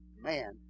man